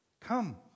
Come